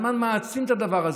הזמן מעצים את הדבר הזה.